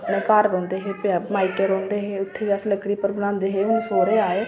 अपने घर रौंहदे हे मायके रौंहदे हे ते भी बी अस लकड़ी पर बनांदे हे हून अस सौह्रे आए